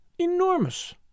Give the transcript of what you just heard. Enormous